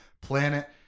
planet